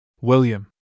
William